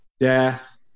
death